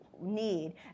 need